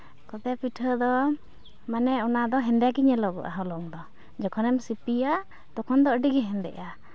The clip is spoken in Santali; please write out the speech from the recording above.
ᱠᱚᱫᱮ ᱯᱤᱴᱷᱟᱹ ᱫᱚ ᱢᱟᱱᱮ ᱚᱱᱟ ᱫᱚ ᱦᱮᱸᱫᱮ ᱜᱮ ᱧᱮᱞᱚᱜᱚᱜᱼᱟ ᱦᱚᱞᱚᱝ ᱫᱚ ᱡᱚᱠᱷᱚᱱᱮᱢ ᱥᱤᱯᱤᱭᱟ ᱛᱚᱠᱷᱚᱱ ᱫᱚ ᱟᱹᱰᱤ ᱜᱮ ᱦᱮᱸᱫᱮᱜᱼᱟ